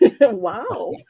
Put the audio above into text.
wow